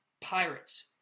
Pirates